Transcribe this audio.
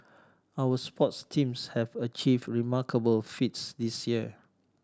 our sports teams have achieved remarkable feats this year